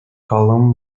column